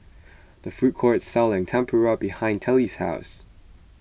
the food court selling Tempura behind Telly's house